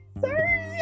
Sorry